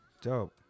dope